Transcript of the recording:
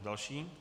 Další.